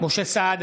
משה סעדה,